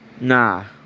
Nah